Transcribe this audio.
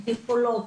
את היכולות,